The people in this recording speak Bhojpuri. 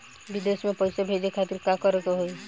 विदेश मे पैसा भेजे खातिर का करे के होयी?